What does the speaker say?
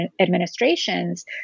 administrations